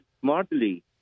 smartly